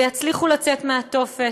ויצליחו לצאת מהתופת,